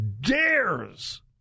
dares